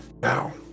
now